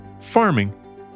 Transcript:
farming